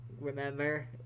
Remember